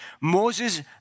Moses